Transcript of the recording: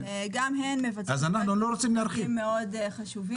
גם הן מבצעות פרויקטים תחבורתיים מאוד חשובים.